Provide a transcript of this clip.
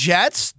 Jets